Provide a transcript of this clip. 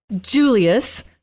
Julius